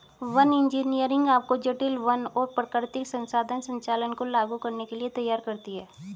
one engineering आपको जटिल वन और प्राकृतिक संसाधन संचालन को लागू करने के लिए तैयार करती है